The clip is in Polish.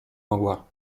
mogła